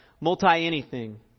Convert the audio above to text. multi-anything